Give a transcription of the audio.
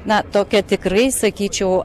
na tokią tikrai sakyčiau